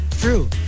true